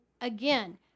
again